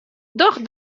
doch